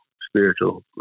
spiritual